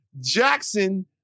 Jackson